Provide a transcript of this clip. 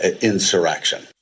insurrection